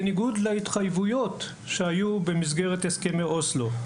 בניגוד להתחייבויות שהיו במסגרת הסכמי אוסלו.